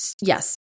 Yes